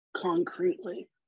concretely